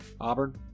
Auburn